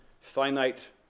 finite